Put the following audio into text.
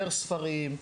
יותר ספרים,